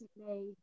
recently